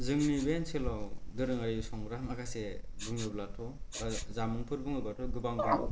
जोंनो बे ओनसोलाव दोरोङारि संग्रा माखासे बुङोब्लाथ जामुंफोर बुङोब्लाथ गोबां दं